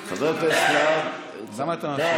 חבר הכנסת יוראי הרצנו,